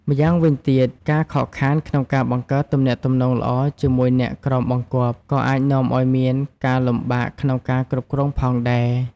ម្យ៉ាងវិញទៀត ការខកខានក្នុងការបង្កើតទំនាក់ទំនងល្អជាមួយអ្នកក្រោមបង្គាប់ក៏អាចនាំឱ្យមានការលំបាកក្នុងការគ្រប់គ្រងផងដែរ។